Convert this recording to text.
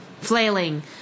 Flailing